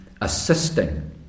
Assisting